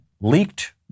leaked